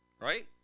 Right